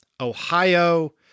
Ohio